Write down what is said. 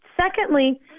Secondly